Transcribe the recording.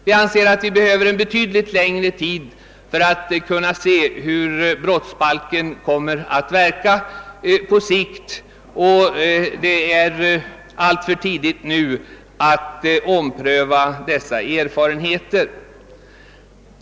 Vi anser att vi behöver betydligt längre tid för att bedöma hur brottsbalken kommer att verka på sikt. Det är nu alltför tidigt att med ledning av erfarenheterna ompröva dess innehåll.